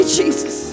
jesus